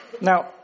Now